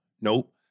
nope